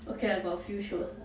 okay I got a few shows ah